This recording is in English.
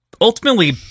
ultimately